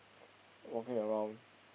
walking around